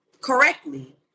correctly